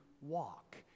walk